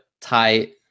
tight